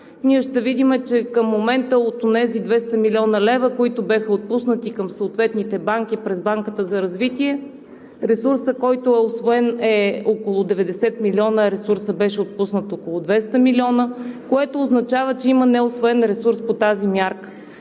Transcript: ние ще видим, че към момента от онези 200 млн. лв., които бяха отпуснати към съответните банки през Банката за развитие, ресурсът, който е усвоен, е около 90 милиона. Ресурсът беше около 200 милиона, което означава, че има неусвоен ресурс по тази мярка.